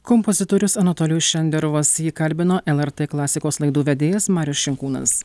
kompozitorius anatolijus šenderovas jį kalbino lrt klasikos laidų vedėjas marius šinkūnas